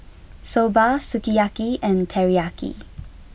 Soba Sukiyaki and Teriyaki